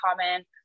common